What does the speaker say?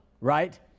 right